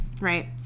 right